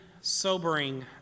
sobering